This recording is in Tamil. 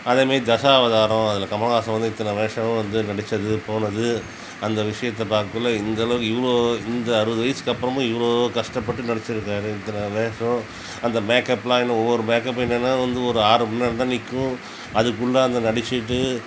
அதே மாதிரி தசாவதாரம் அதில் கமலஹாசன் வந்து இத்தனை வேஷம் வந்து நடித்தது போனது அந்த விஷயத்தை பார்க்ககுள்ள இந்தளவுக்கு இவ்வளோ இந்த அறுபது வயசுக்கப்புறமும் இவ்வளோ கஷ்டப்பட்டு நடித்திருக்காரு இத்தனை வேஷம் அந்த மேக்கப்லாம் இன்னும் ஒவ்வொரு மேக்கப் என்னன்னா வந்து ஒரு ஆறு குள்ளேதான் நிற்கும் அதுக்குள்ளே அந்த நடிச்சுட்டு